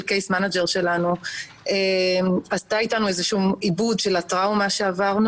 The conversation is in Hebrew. case manager שלנו עשתה איתנו איזה שהוא עיבוד של הטראומה שעברנו,